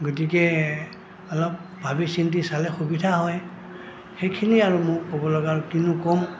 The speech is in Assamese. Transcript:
গতিকে অলপ ভাবি চিন্তি চালে সুবিধা হয় সেইখিনিয়ে আৰু মোৰ ক'ব লগা আৰু কিনো ক'ম